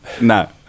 No